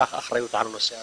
שייקח אחריות על הנושא הזה,